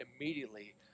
immediately